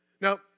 Now